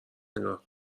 نگاه